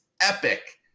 epic